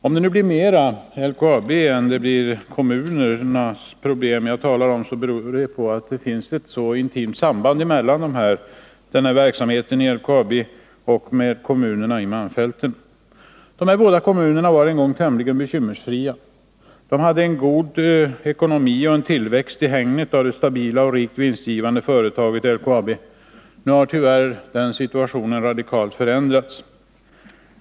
Om jag kommer att tala mer om LKAB:s än om kommunernas bekymmer, så beror det på att det finns ett intimt samband mellan verksamheten i LKAB och kommunerna i malmfälten. De båda kommunerna Kiruna och Gällivare var en gång tämligen bekymmersfria. De hade en god ekonomi och en tillväxt i hägnet av det stabila och rikt vinstgivande företaget LKAB. Nu har situationen tyvärr radikalt ändrats.